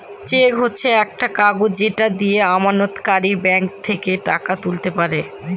check হচ্ছে একটা কাগজ যেটা দিয়ে আমানতকারীরা ব্যাঙ্ক থেকে টাকা তুলতে পারে